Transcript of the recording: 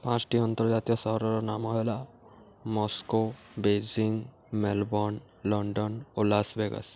ପାଞ୍ଚଟି ଅନ୍ତର୍ଜାତୀୟ ସହରର ନାମ ହେଲା ମସ୍କୋ ବେଜିଙ୍ଗ ମେଲବର୍ଣ୍ଣ ଲଣ୍ଡନ ଓ ଲାସ ଭେଗାସ